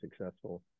successful